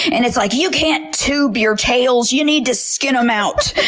and it's like, you can't tube your tails! you need to skin them out!